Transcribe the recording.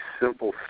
simple